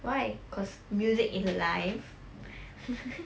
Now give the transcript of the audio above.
why because music in life